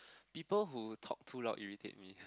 people who talk too loud irritate me